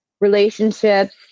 relationships